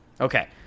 Okay